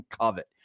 covet